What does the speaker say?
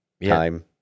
time